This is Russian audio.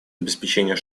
обеспечения